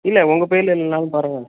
இல்லை உங்கள் பேரில் இல்லைனாலும் பரவாயில்ல